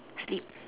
sleep